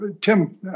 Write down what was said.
Tim